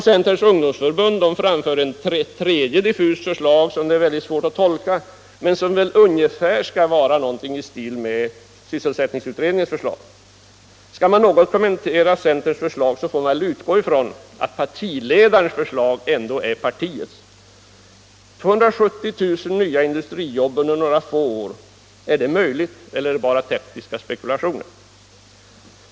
Centerns ungdomsförbund framför ett tredje diffust förslag, som är svårt att tolka men som väl skall vara någonting i stil med vad sysselsättningsutredningen föreslagit. Den som vill kommentera centerns förslag får väl dock utgå ifrån att partiledarens förslag ändå är partiets. 270 000 nya industrijobb under några få år, är det möjligt eller är det bara taktiska spekulationer?